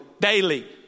Daily